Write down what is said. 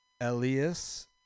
Elias